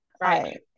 right